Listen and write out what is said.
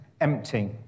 empty